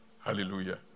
Hallelujah